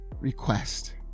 request